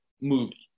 movie